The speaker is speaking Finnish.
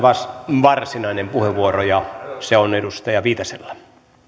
varsinainen puheenvuoro ja se on edustaja viitasella